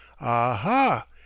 aha